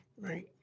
right